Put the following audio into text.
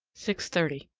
six thirty.